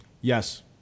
Yes